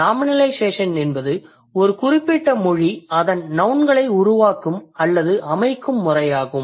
nominalisation என்பது ஒரு குறிப்பிட்ட மொழி அதன் நௌன்களை உருவாக்கும் அல்லது அமைக்கும் முறையாகும்